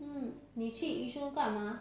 mm 你去 yishun 干嘛